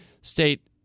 state